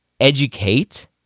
educate